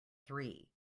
three